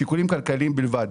שיקולים כלכליים בלבד.